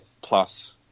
plus